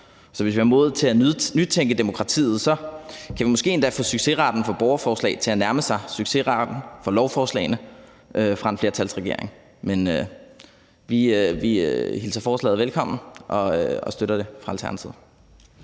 Så hvis vi har modet til at nytænke demokratiet, kan vi måske endda få succesraten for borgerforslag til at nærme sig succesraten for lovforslagene fra en flertalsregering. Vi hilser forslaget velkommen og støtter det fra Alternativets